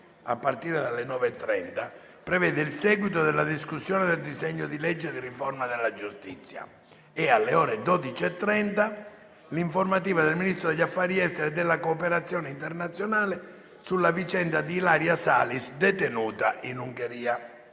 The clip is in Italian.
a partire dalle ore 9,30, prevede il seguito della discussione del disegno di legge di riforma della giustizia e, alle ore 12,30, l'informativa del Ministro degli affari esteri e della cooperazione internazionale sulla vicenda di Ilaria Salis, detenuta in Ungheria.